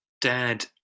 dad